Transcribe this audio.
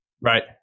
right